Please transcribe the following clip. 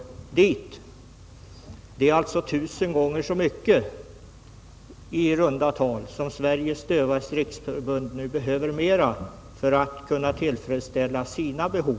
Det är i runda tal tusen gånger så mycket som Sveriges dövas riksförbund behöver ytterligare för att tillgodose sina behov.